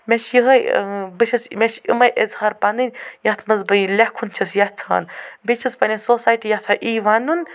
مےٚ چھُ یِہَے بہٕ چھَس مےٚ چھِ اِمے اِظہار پنٕنۍ یَتھ منٛز بہٕ یہِ لٮ۪کھُن چھَس یَژھان بیٚیہِ چھَس پنٕنہِ سوسایٹی یَژھان یی وَنُن